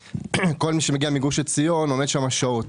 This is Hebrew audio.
שכל מי שמגיע מגוש עציון עומד בהם שעות.